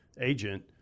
agent